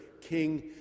King